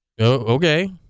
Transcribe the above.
Okay